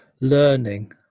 learning